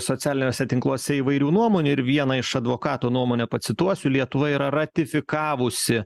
socialiniuose tinkluose įvairių nuomonių ir vieną iš advokato nuomonę pacituosiu lietuva yra ratifikavusi